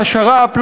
של השר"פ,